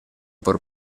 por